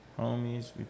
homies